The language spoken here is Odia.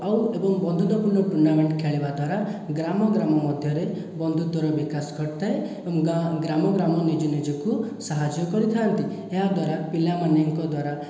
ଆଉ ଏବଂ ବନ୍ଧୁତା ପୂର୍ଣ୍ଣ ଟୁର୍ନାମେଣ୍ଟ ଖେଳିବା ଦ୍ୱାରା ଗ୍ରାମ ଗ୍ରାମ ମଧ୍ୟରେ ବନ୍ଧୁତ୍ଵର ବିକାଶ ଘଟିଥାଏ ଏବଂ ଗାଁ ଗ୍ରାମ ଗ୍ରାମ ନିଜ ନିଜକୁ ସାହାଯ୍ୟ କରିଥାନ୍ତି ଏହା ଦ୍ୱାରା ପିଲାମାନଙ୍କ ଦ୍ୱାରା